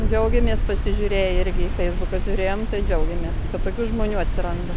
džiaugiamės pasižiūrėję irgi į feisbuką žiūrėjom džiaugėmės kad tokių žmonių atsiranda